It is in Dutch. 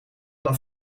dan